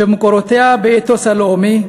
שמקורותיה באתוס הלאומי,